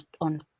on